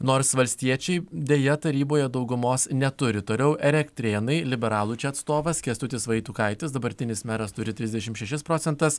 nors valstiečiai deja taryboje daugumos neturi toliau elektrėnai liberalų atstovas kęstutis vaitukaitis dabartinis meras turi trisdešimt šešis procentas